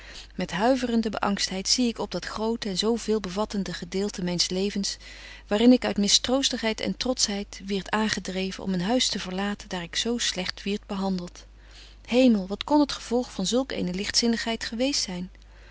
met huiverende beangstheid zie ik op dat grote en zo veel bevattende gedeelte myns levens waar in ik uit mistroostigheid en trotschheid wierd aangedreven om een huis te verlaten daar ik zo slegt wierd behandelt hemel wat kon het gevolg van zulk eene ligtzinnigheid geweest zyn